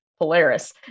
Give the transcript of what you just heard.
Polaris